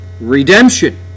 redemption